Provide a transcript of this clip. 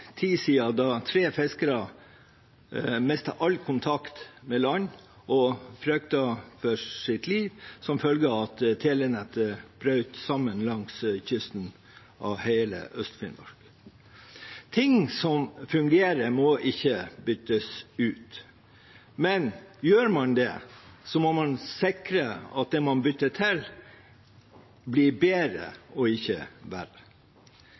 tid siden, da tre fiskere mistet all kontakt med land og fryktet for sitt liv som følge av at telenettet brøt sammen langs kysten av hele Øst-Finnmark. Ting som fungerer, må ikke byttes ut. Men gjør man det, må man sikre at det man bytter til, blir bedre, og ikke